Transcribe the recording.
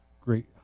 great